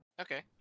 Okay